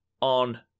on